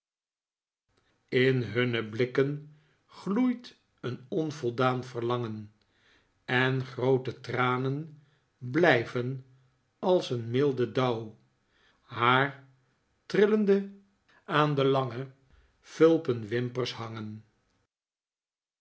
in hunne blikken gloeit een onvoldaan verlangen en groote tranen blijven als een milde dauw haar trillende aan de lange fulpen wimpers hangen